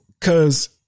cause